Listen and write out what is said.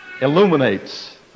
illuminates